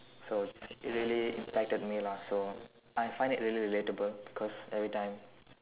so it's it really impacted me lah so I find it really relatable cause every time